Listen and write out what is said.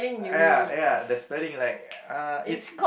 !aiya! ya the spelling like uh it's